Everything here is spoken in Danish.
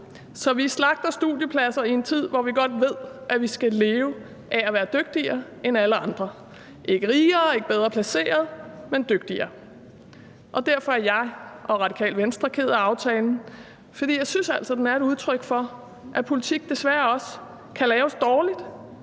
Så vi slagter studiepladser i en tid, hvor vi godt ved, at vi skal leve af at være dygtigere end alle andre – ikke rigere, ikke bedre placeret, men dygtigere. Derfor er jeg og Radikale Venstre kede af aftalen. Jeg synes altså, at den er udtryk for, at politik desværre også kan laves dårligt.